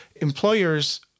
Employers